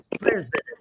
president